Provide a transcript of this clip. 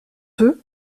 eux